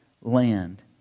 land